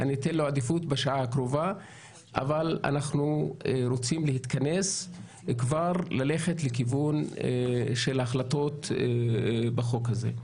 אנחנו רוצים להתכנס וללכת לכיוון של החלטות בחוק הזה.